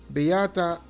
Beata